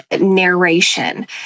narration